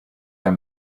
are